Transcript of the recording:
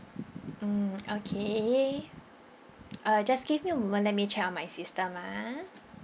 mm okay uh just give me a moment let me check on my system ah